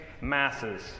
masses